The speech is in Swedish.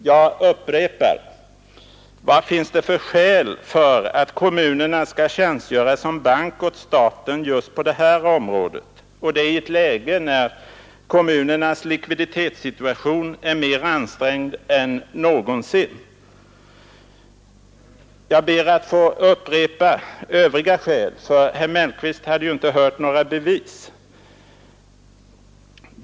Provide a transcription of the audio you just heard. Jag upprepar: Vad finns det för skäl till att kommunerna skall tjänstgöra som bank åt staten just på det här området, och det i ett läge när kommunernas likviditetssituation är mer ansträngd än någonsin? Jag ber att få upprepa övriga skäl, för herr Mellqvist hade ju inte hört några bevis för våra påståenden.